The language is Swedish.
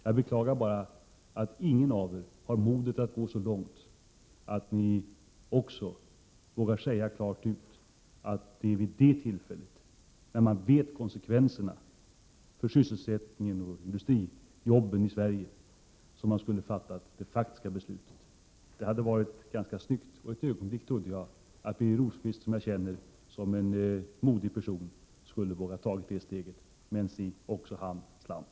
Jag beklagar bara att ingen av er har modet att gå så långt att ni också vågar säga klart ut att det är vid det tillfället, då man vet konsekvenserna för sysselsättningen och industrijobben i Sverige, som man skall fatta det faktiska beslutet. Det hade varit ganska snyggt, och ett ögonblick trodde jag att Birger Rosqvist, som jag känner som en modig person, skulle våga ta det steget. Men se, också han slant.